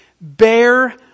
Bear